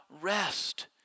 rest